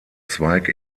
zweig